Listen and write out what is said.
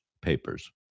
papers